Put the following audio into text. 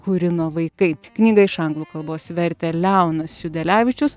hurino vaikai knygą iš anglų kalbos vertė leonas judelevičius